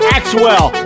Axwell